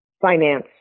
finance